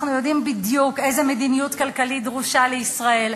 אנחנו יודעים בדיוק איזו מדיניות כלכלית דרושה לישראל,